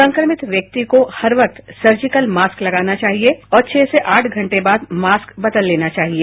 संक्रमित व्यक्ति को हर वक्त सर्जिकल मास्क लगाना चाहिए और छह से आठ घंटे बाद मास्क बदल लेना चाहिए